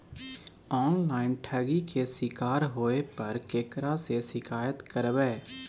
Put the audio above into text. Online ठगी के शिकार होय पर केकरा से शिकायत करबै?